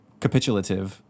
capitulative